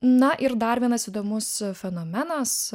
na ir dar vienas įdomus fenomenas